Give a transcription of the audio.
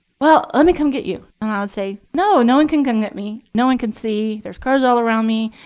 well, let me come get you. and i would say, no, no one can can get me. no one can see. there's cars all around me.